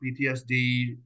PTSD